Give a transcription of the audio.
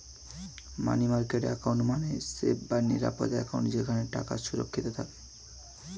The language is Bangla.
মানি মার্কেট অ্যাকাউন্ট মানে সেফ বা নিরাপদ অ্যাকাউন্ট যেখানে টাকা সুরক্ষিত থাকে